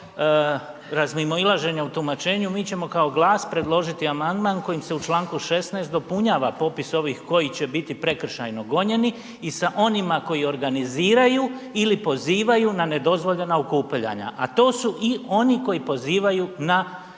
razmimoilaženja u tumačenju mi ćemo kao GLAS predložiti amandman kojim se u čl. 16.dopunjava popis ovih koji će biti prekršajno gonjeni i sa onima koji organiziraju ili pozivaju na nedozvoljena okupljanja, a to su i oni koji pozivaju vjernike